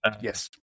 Yes